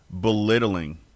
belittling